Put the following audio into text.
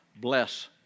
bless